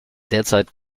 derzeit